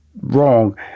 wrong